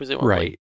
Right